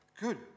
Good